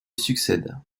succèdent